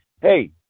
Hey